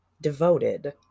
devoted